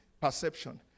Perception